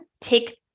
Take